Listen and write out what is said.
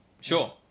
Sure